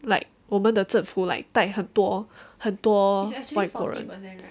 like 我们的政府带 like 很多很多外国人